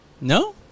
No